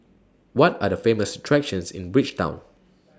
What Are The Famous attractions in Bridgetown